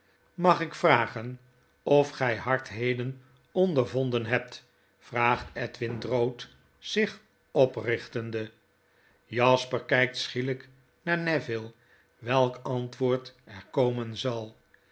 mag ik vragen of gg hardheden ondervonden hebt vraagt edwin drood zich oprichtende jasper kgkt schielgk naar neville welk antwoord er komen zal